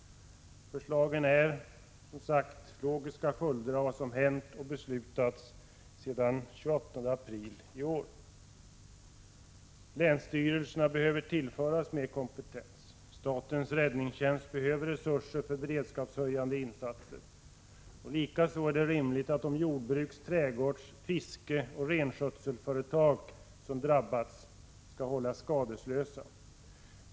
Förslagen är logiska följder av vad som hänt och beslutats sedan den 28 april i år. Länsstyrelserna behöver tillföras mer kompetens. Statens räddningstjänst behöver resurser för beredskapshöjande insatser. Likaså är det rimligt att de jordbruks-, trädgårds-, fiskeoch renskötselföretag som drabbats hålls skadeslösa.